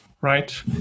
right